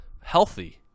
healthy